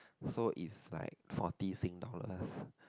so it's like forty sing dollars